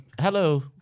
Hello